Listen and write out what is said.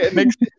Next